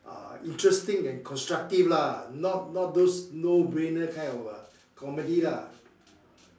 uh interesting and constructive lah not not those no brainer kind of comedy lah